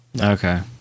Okay